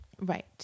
right